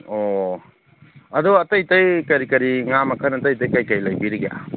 ꯑꯣ ꯑꯗꯨ ꯑꯇꯩ ꯑꯇꯩ ꯀꯔꯤ ꯀꯔꯤ ꯉꯥ ꯃꯈꯟ ꯑꯇꯩ ꯑꯇꯩ ꯀꯔꯤ ꯀꯔꯤ ꯂꯩꯕꯤꯔꯤꯒꯦ